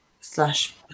slash